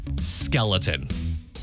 skeleton